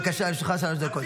בבקשה, לרשותך שלוש דקות.